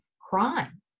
crime